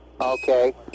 Okay